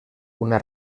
una